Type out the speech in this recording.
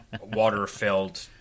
Water-filled